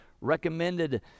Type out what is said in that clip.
recommended